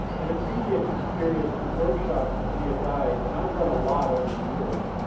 and a previous experience in workshops as to be a guide, and i've run a lot over the years,